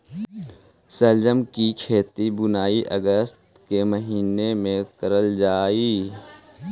शलजम की खेती बुनाई अगस्त के महीने में करल जा हई